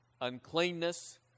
uncleanness